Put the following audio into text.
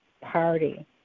Party